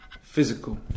physical